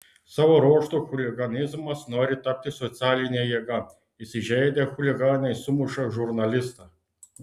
savo ruožtu chuliganizmas nori tapti socialine jėga įsižeidę chuliganai sumuša žurnalistą